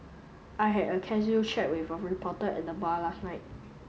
I had a casual chat with a reporter at the bar last night